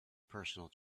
personal